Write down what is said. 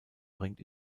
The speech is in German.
bringt